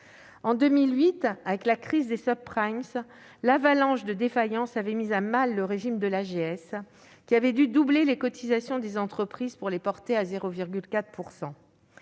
En 2008, avec la crise des, l'avalanche de défaillances avait mis à mal le régime de l'AGS, qui avait dû doubler le taux de cotisation des entreprises pour le porter à 0,4 %.